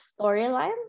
storyline